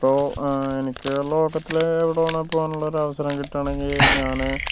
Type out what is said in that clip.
ഇപ്പോൾ എനിക്ക് ലോകത്തില് എവിടെ വേണങ്കിലും പോകാനുള്ള ഒരു അവസരം കിട്ടുകയാണെങ്കി ൽ ഞാന്